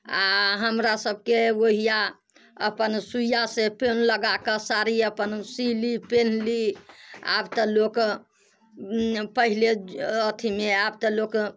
आ हमरा सबके एगो यऽ अपन सूइया से पिन लगा कऽ साड़ी अपन हम सीली पिनहली आब तऽ लोक पहिले अथीमे आब तऽ लोक